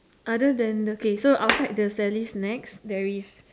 other than okay so outside the Sally's snacks there is